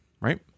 right